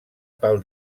pel